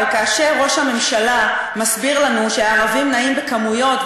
אבל כאשר ראש הממשלה מסביר לנו שהערבים נעים בכמויות,